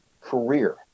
career